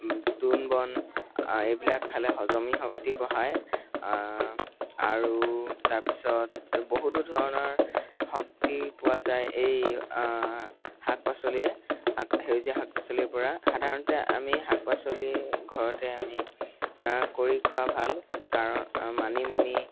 দূণ বন এইবিলাক খালে হজমী শক্তি বঢ়ায় আৰু তাৰপিছত বহুতো ধৰণৰ শক্তি পোৱা যায় এই শাক পাচলিয়ে শাক সেউজীয়া শাক পাচলিৰ পৰা সাধাৰণতে আমি শাক পাচলি ঘৰতে আমি কৰি খোৱা ভাল কাৰণ মানিমুনি